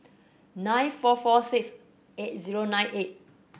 nine four four six eight zero nine eight